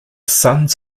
sons